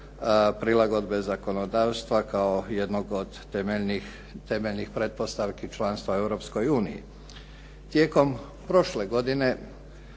prilagodbe zakonodavstva kao jednog od temeljnih pretpostavki članstva Europskoj uniji. Tijekom prošle godine